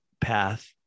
path